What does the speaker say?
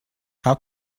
how